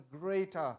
greater